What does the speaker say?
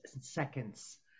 seconds